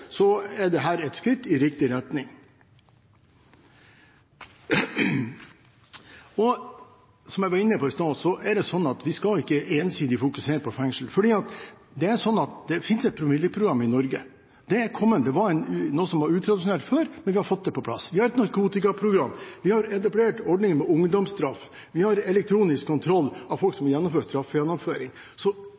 så måte er dette et skritt i riktig retning. Som jeg var inne på, skal vi ikke ensidig fokusere på fengsel. Det finnes et promilleprogram i Norge; det er kommet. Det var noe som var utradisjonelt før, men vi har fått det på plass. Vi har et narkotikaprogram, vi har etablert ordning med ungdomsstraff, og vi har elektronisk kontroll av folk som